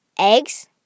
Eggs